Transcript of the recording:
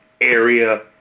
area